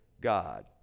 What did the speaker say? God